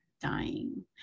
dying